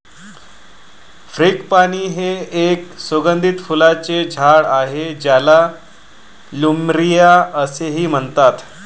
frangipani हे एक सुगंधी फुलांचे झाड आहे ज्याला प्लुमेरिया असेही म्हणतात